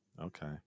Okay